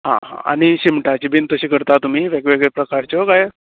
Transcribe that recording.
आं आं आनी शिम्टाच्यों बीन तशें करता तुमी वेगवेगळ्या प्रकारच्यों कांय